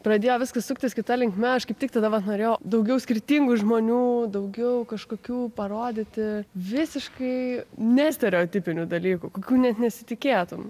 pradėjo viskas suktis kita linkme aš kaip tik tada vat norėjau daugiau skirtingų žmonių daugiau kažkokių parodyti visiškai ne stereotipinių dalykų kokių net nesitikėtum